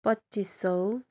पच्चिस सय